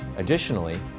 additionally,